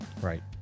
Right